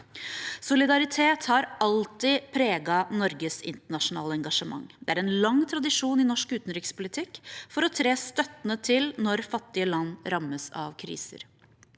Solidaritet har alltid preget Norges internasjonale engasjement. Det er lang tradisjon i norsk utenrikspolitikk for å tre støttende til når fattige land rammes av kriser.